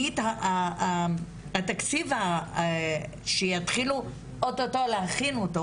שהתקציב שיתחילו או-טו-טו להכין אותו,